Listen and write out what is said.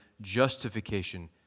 justification